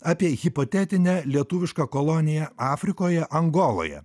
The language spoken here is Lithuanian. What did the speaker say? apie hipotetinę lietuvišką koloniją afrikoje angoloje